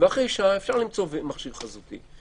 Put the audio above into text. ואחרי שעה אפשר למצוא מכשיר חזותי.